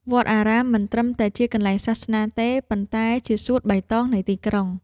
វត្តអារាមមិនត្រឹមតែជាកន្លែងសាសនាទេ ប៉ុន្តែជាសួតបៃតងនៃទីក្រុង។